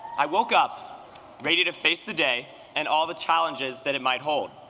i woke up ready to face the day and all the challenges that it might hold.